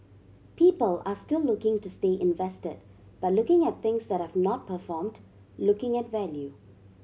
people are still looking to stay invested but looking at things that have not performed looking at value